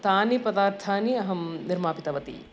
तानि पदार्थानि अहं निर्मापितवती